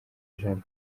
ijana